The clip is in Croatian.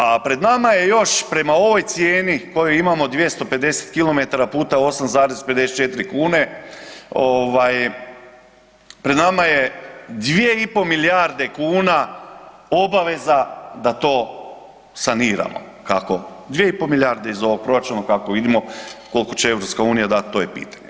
A pred nama je još prema ovoj cijenu koju imamo 250 km puta 8,54 kune ovaj, pred nama je 2,5 milijarde kuna obaveza da to saniramo, kako, 2,5 milijarde iz ovog proračuna kako vidimo koliko će EU dat to pitanje.